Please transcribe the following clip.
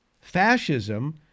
Fascism